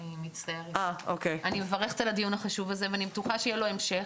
אני מברכת על הדיון החשוב הזה ואני בטוחה שיהיה לו המשך.